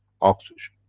oxygen.